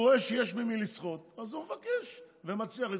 הוא רואה שיש את מי לסחוט אז הוא מבקש ומצליח לסחוט.